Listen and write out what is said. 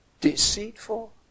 Deceitful